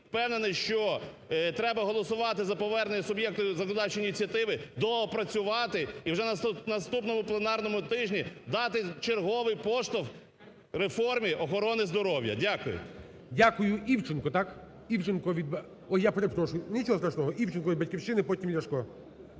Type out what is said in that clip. впевнений, що треба голосувати за повернення суб'єктові законодавчої ініціативи доопрацювати, і вже на наступному пленарному тижні дати черговий поштовх реформі охорони здоров'я. Дякую. ГОЛОВУЮЧИЙ. Дякую. Івченко, так? Я перепрошую… Нічого страшного. Івченко від "Батьківщини". Потім Ляшко.